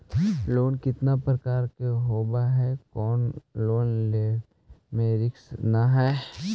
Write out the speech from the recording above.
Loan कितना प्रकार के होबा है कोन लोन लेब में रिस्क न है?